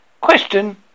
Question